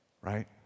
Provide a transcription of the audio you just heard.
right